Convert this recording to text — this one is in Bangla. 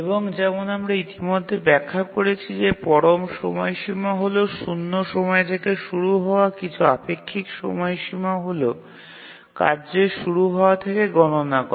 এবং যেমন আমরা ইতিমধ্যে ব্যাখ্যা করেছি যে পরম সময়সীমা হল শূন্য সময় থেকে শুরু হওয়া কিন্তু আপেক্ষিক সময়সীমা হল কার্যের শুরু হওয়া থেকে গণনা করা